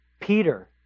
Peter